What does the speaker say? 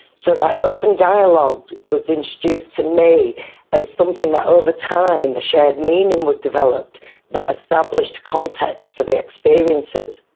so like open dialogue was introduced to me as something that over time the shared meaning was developed that established context for the experiences.